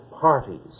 parties